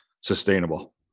sustainable